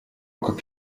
как